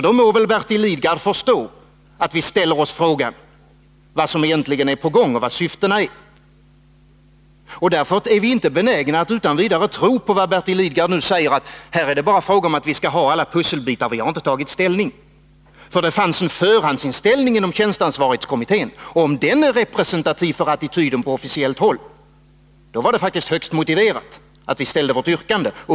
Då må Bertil Lidgard förstå att vi ställer oss frågan vad som egentligen är på gång och vad syftena är. Därför är vi inte benägna att utan vidare tro på vad Bertil Lidgard nu säger om att det bara är fråga om att vi skall ha alla pusselbitar och att man inte har tagit ställning. Det fanns en förhandsinställning inom tjänsteansvarighetskommittén, och om den är representativ för attityden på officiellt håll, då var det faktiskt motiverat att vi ställde vårt yrkande.